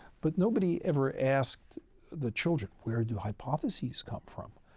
but nobody ever asked the children, where do hypotheses come from?